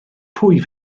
pwy